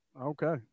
Okay